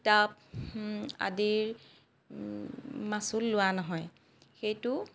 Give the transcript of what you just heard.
কিতাপ আদিৰ মাচুল লোৱা নহয় সেইটো